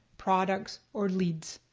products or leads,